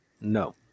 No